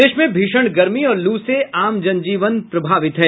प्रदेश में भीषण गर्मी और लू से आम जनजीवन प्रभावित है